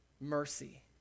Mercy